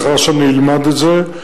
לאחר שאני אלמד את זה,